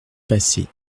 passé